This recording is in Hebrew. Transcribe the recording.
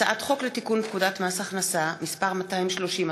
הצעת חוק לתיקון פקודת מס הכנסה (מס' 230),